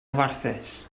warthus